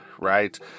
right